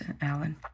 Alan